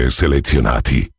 selezionati